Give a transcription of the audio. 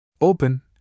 open